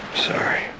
sorry